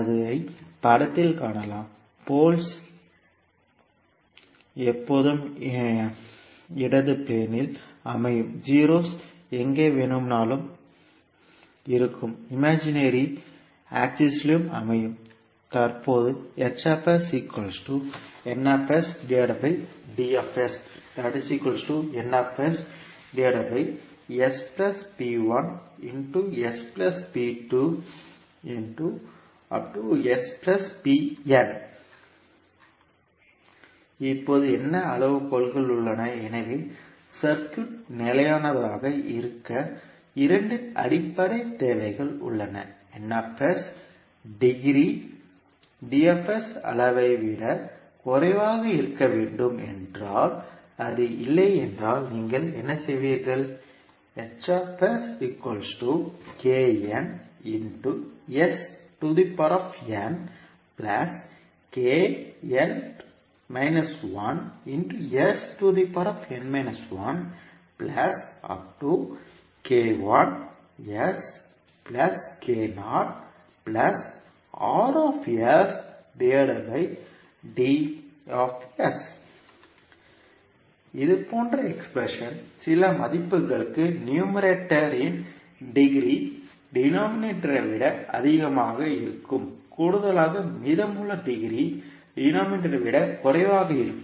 அதை படத்தில் காணலாம் போல்ஸ் எப்போதும் இடது பிளேன் இல் அமையும் ஜீரோஸ் எங்கே வேண்டுமானாலும் இருக்கும் இமேஜிநெரி ஆக்சிஸ்லும் அமையும் தற்போது இப்போது என்ன அளவுகோல்கள் உள்ளன எனவே சர்க்யூட் நிலையானதாக இருக்க இரண்டு அடிப்படை தேவைகள் உள்ளன டிகிரி அளவை விட குறைவாக இருக்க வேண்டும் என்றால் அது இல்லை என்றால் நீங்கள் என்ன செய்வீர்கள் இது போன்ற எக்ஸ்பிரஷன் சில மதிப்புகளுக்கு நியூமரேட்டர் இன் டிகிரி டிநோமிமேட்டர் விட அதிகமாக இருக்கும் கூடுதலாக மீதமுள்ள டிகிரி டிநோமிமேட்டர் விட குறைவாக இருக்கும்